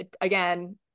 again